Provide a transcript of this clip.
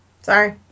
Sorry